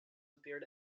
appeared